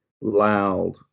loud